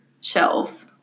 shelf